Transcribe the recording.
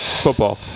football